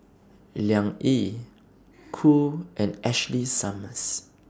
Liang Yi Cool and Ashley Summers